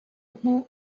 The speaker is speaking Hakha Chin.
hmuh